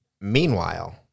Meanwhile